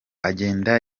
agenda